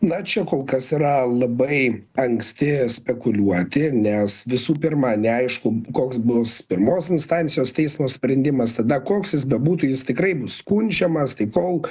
na čia kol kas yra labai anksti spekuliuoti nes visų pirma neaišku koks bus pirmos instancijos teismo sprendimas tada koks jis bebūtų jis tikrai bus skundžiamas tai kol